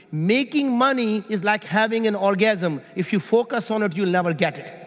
making money is like having an orgasm. if you focus on it you'll never get it.